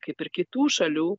kaip ir kitų šalių